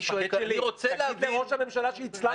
המפקד שלי, תגיד לראש הממשלה שהצלחת.